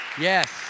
Yes